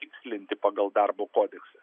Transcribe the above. tikslinti pagal darbo kodeksą